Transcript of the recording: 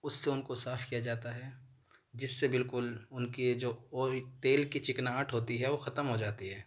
اس سے ان کو صاف کیا جاتا ہے جس سے بالكل ان کی جو آئل تیل كی چکناہٹ ہوتی ہے وہ ختم ہو جاتی ہے